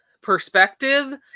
perspective